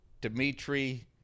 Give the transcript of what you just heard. Dimitri